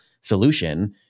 solution